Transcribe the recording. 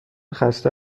خسته